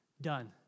done